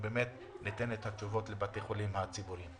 שניתן את התשובות לבתי החולים הציבוריים.